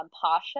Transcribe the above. Pasha